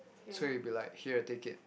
so he'll be like here take it